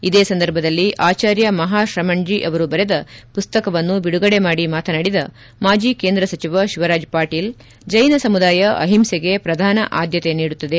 ಇದೇ ಸಂದರ್ಭದಲ್ಲಿ ಆಚಾರ್ಯ ಮಪಾ ಶ್ರಮಣೀ ಮಸಕ್ತವನ್ನು ಬಿಡುಗಡೆ ಮಾಡಿ ಮಾತನಾಡಿದ ಮಾಜಿ ಕೇಂದ್ರ ಸಚಿವ ಶಿವರಾಜ್ ಪಾಟೀಲ್ ಜೈನ ಸಮುದಾಯ ಅಹಿಂಸೆಗೆ ಪ್ರಧಾನ ಆದ್ಮತೆ ನೀಡುತ್ತದೆ